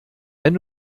wenn